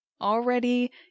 already